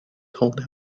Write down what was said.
told